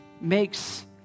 makes